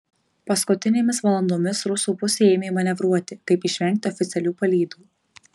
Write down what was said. paskutinėmis valandomis rusų pusė ėmė manevruoti kaip išvengti oficialių palydų